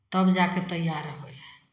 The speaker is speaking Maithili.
तब जा कऽ तैयार होइ हइ